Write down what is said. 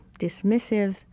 dismissive